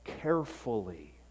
carefully